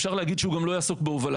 אפשר להגיד שהוא גם לא יעסוק בהובלה,